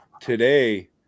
Today